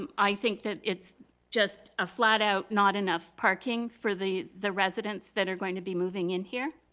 um i think that it's just a flat out, not enough parking for the the residents that are going to be moving in here.